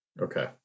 Okay